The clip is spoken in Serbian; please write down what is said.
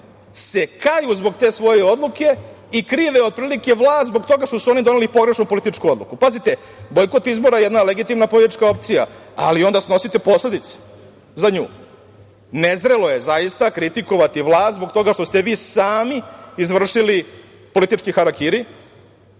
se kaju zbog te svoje odluke i krive vlast zbog toga što su oni doneli pogrešnu političku odluku. Pazite, bojkot izbora je jedna legitimna politička opcija, ali onda snosite posledice za nju. Nezrelo je kritikovati vlast zbog toga što ste vi sami izvršili politički harakiri.